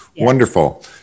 Wonderful